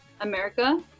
America